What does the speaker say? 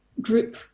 group